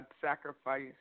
sacrifice